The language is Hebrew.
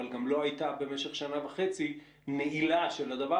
אבל גם לא הייתה במשך שנה וחצי נעילה של הדבר